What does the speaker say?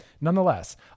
Nonetheless